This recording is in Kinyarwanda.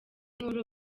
inkuru